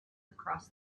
across